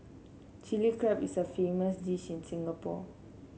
Chilli Crab is a famous dish in Singapore